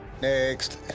next